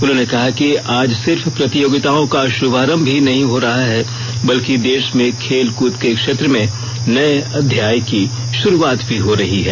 उन्होंने कहा कि आज सिर्फ प्रतियोगिताओं का शुभारंभ ही नहीं हो रहा है बल्कि देश मे खेल कृद के क्षेत्र में नये अध्याय की शुरुआत भी हो रही है